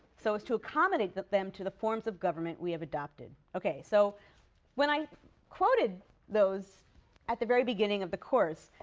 so as to accommodate them to the forms of government we have adopted. okay. so when i quoted those at the very beginning of the course,